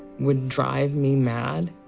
would drive me mad,